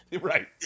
Right